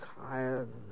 tired